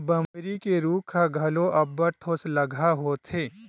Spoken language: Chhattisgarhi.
बमरी के रूख ह घलो अब्बड़ ठोसलगहा होथे